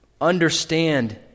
understand